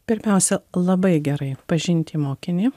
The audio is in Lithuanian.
pirmiausia labai gerai pažinti mokinį